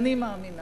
אני מאמינה